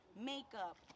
makeup